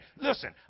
Listen